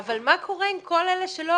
אבל מה קורה עם כל אלה שלא?